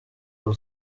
will